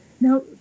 now